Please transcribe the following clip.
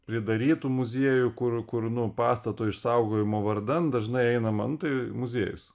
pridarytų muziejų kur kur nu pastato išsaugojimo vardan dažnai einama nu tai muziejus